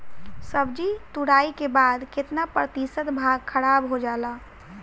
सब्जी तुराई के बाद केतना प्रतिशत भाग खराब हो जाला?